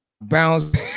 Bounce